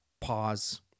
Pause